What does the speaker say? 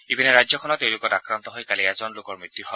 ইপিনে ৰাজ্যখনত এই ৰোগত আক্ৰান্ত হৈ কালি এজন লোকৰ মৃত্যু হৈছে